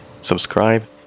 subscribe